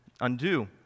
undo